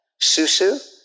Susu